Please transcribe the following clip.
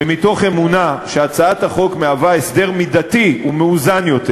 ומתוך אמונה שהצעת החוק מהווה הסדר מידתי ומאוזן יותר,